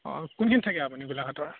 অঁ কোনখিনিত থাকে আপুনি গোলাঘাটৰ